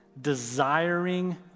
desiring